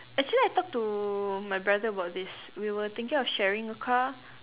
actually I talked to my brother about this we were thinking of sharing a car